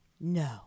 No